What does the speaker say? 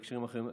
בהקשרים אחרים,